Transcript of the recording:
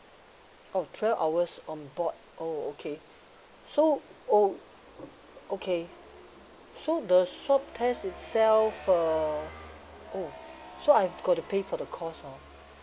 oh twelve hours onboard oh okay so oh okay so the swab test itself uh oh so I've got to pay for the cost oh